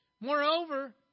Moreover